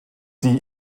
die